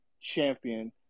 champion